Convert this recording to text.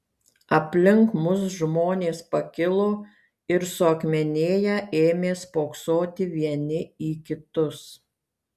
aplink mus žmonės pakilo ir suakmenėję ėmė spoksoti vieni į kitus